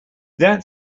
that